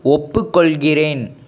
ஒப்புக்கொள்கிறேன்